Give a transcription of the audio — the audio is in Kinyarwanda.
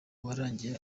warangiye